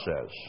says